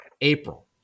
April